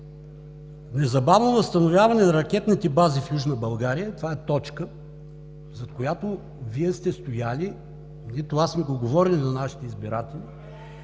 „Незабавно възстановяване на ракетните бази в Южна България“ – това е точка, зад която Вие сте стояли, ние това сме го говорили на нашите избиратели.